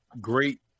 great